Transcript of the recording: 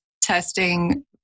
testing